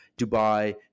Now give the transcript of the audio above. Dubai